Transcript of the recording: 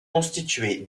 constituée